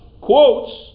quotes